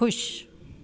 ख़शि